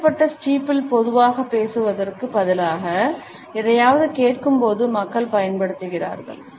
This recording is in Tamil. தாழ்த்தப்பட்ட ஸ்டீப்பிள் பொதுவாக பேசுவதற்குப் பதிலாக எதையாவது கேட்கும்போது மக்கள் பயன்படுத்துகிறார்கள்